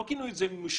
לא כינו את זה משותפת.